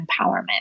empowerment